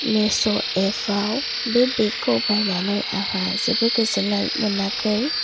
मेस' एपा व बे बेगखौ बायनानै आंहा जेबो गोजोननाय मोनाखै